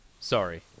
Sorry